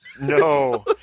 No